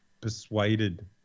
persuaded